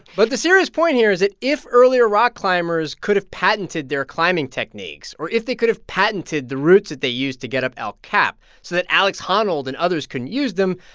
but the serious point here is that if earlier rock climbers could have patented their climbing techniques or if they could have patented the routes that they used to get up el cap so that alex honnold and others couldn't use them,